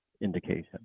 indication